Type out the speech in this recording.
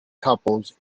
couples